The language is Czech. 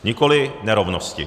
Nikoli nerovnosti.